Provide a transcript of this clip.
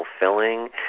fulfilling